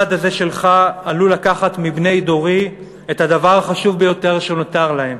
הצעד הזה שלך עלול לקחת מבני דורי את הדבר החשוב ביותר שנותר להם: